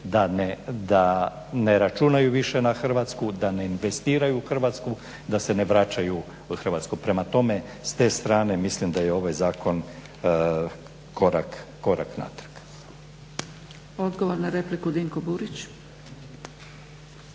da ne računaju više na Hrvatsku, da ne investiraju u Hrvatsku, da se ne vraćaju u Hrvatsku. Prema tome, s te strane mislim da je ovaj zakon korak natrag. **Zgrebec, Dragica